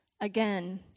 Again